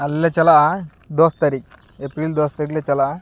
ᱟᱞᱮᱞᱮ ᱪᱟᱞᱟᱜᱼᱟ ᱫᱚᱥ ᱛᱟᱹᱨᱤᱠᱷ ᱮᱯᱨᱤᱞ ᱫᱚᱥ ᱛᱟᱹᱨᱚᱠᱷᱞᱮ ᱪᱟᱞᱟᱜᱼᱟ